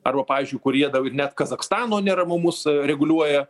arba pavyzdžiui kurie dar net kazachstano neramumus reguliuoja